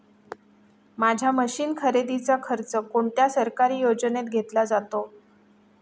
माझ्या मशीन खरेदीचा खर्च कोणत्या सरकारी योजनेत घेतला जातो?